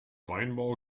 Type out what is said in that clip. weinbau